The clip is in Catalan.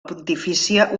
pontifícia